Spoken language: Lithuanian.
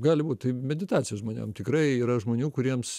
gali būt tai meditacija žmonėm tikrai yra žmonių kuriems